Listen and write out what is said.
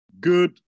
Good